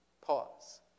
Pause